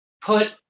put